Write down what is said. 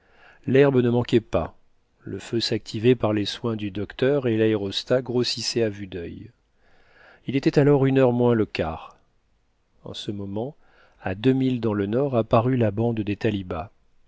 l'herbe ne manquait pas le feu s'activait par les soins du docteur et l'aérostat grossissait à vue d'il il était alors une heure moins le quart en ce moment à deux milles dans le nord apparut la bande des talibas